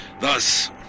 Thus